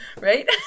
right